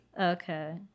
okay